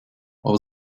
aber